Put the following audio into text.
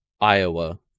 Iowa